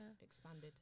expanded